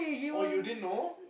oh you didn't know